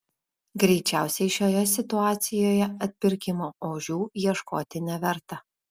greičiausiai šioje situacijoje atpirkimo ožių ieškoti neverta